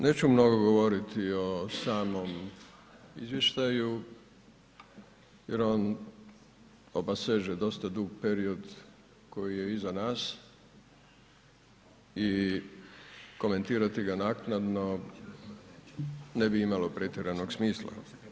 Neću mnogo govoriti o samom izvještaju jer on obaseže dosta dug period koji je iza nas i komentirati ga naknadno ne bi imalo pretjeranog smisla.